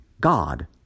God